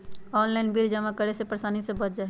Online bill जमा करे से परेशानी से बच जाहई?